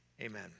amen